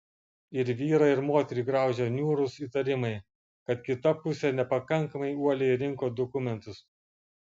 ir vyrą ir moterį graužia niūrus įtarimai kad kita pusė nepakankamai uoliai rinko dokumentus